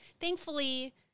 thankfully